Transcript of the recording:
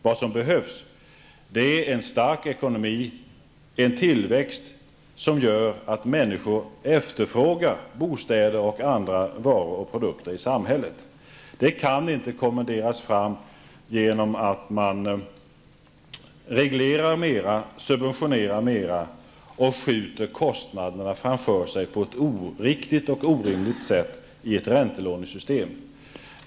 Vad som behövs är en stark ekonomi och en tillväxt som gör att människor efterfrågar bostäder och andra varor och produkter i samhället. Det kan inte kommenderas fram genom att man reglerar mera, subventionerar mera och skjuter kostnaderna framför sig på ett oriktigt och orimligt sätt i ett räntelånesystem.